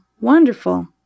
Wonderful